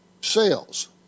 Sales